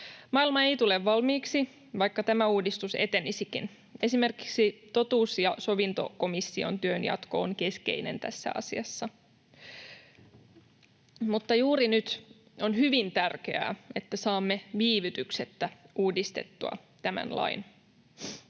Maailma ei tule valmiiksi, vaikka tämä uudistus etenisikin. Esimerkiksi totuus‑ ja sovintokomission työn jatko on keskeinen tässä asiassa, mutta juuri nyt on hyvin tärkeää, että saamme viivytyksettä uudistettua tämän lain.